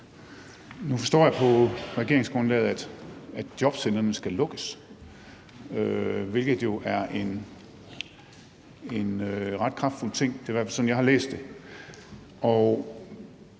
Nu forstår jeg på regeringsgrundlaget, at jobcentrene skal lukkes, hvilket jo er en ret kraftfuld ting. Det er i hvert fald sådan, jeg har læst det.